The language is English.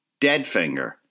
Deadfinger